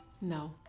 No